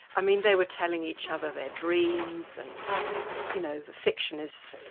i mean they were telling each other their dreams and you know the fiction is,